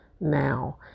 now